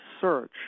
search